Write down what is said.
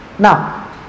Now